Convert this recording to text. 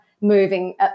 moving